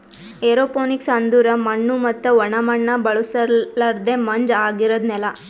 aeroponics ಅಂದುರ್ ಮಣ್ಣು ಮತ್ತ ಒಣ ಮಣ್ಣ ಬಳುಸಲರ್ದೆ ಮಂಜ ಆಗಿರದ್ ನೆಲ